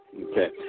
okay